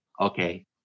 okay